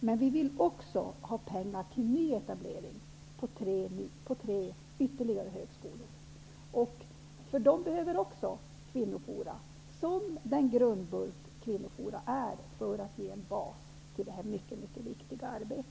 Men vi vill också ha pengar till nyetablering på tre ytterligare högskolor, för de behöver också kvinnoforum som den grundbult de utgör när det gäller att ge en bas till detta mycket viktiga arbete.